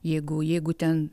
jeigu jeigu ten